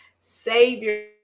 savior